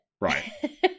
Right